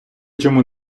чому